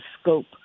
scope